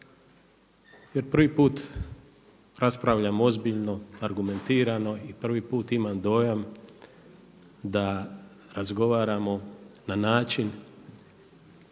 jer prvi put raspravljamo ozbiljno, argumentirano i prvi put imam dojam da razgovaramo na način